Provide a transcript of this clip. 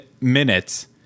minutes